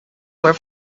were